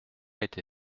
été